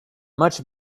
much